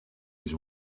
his